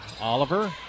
Oliver